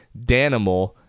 Danimal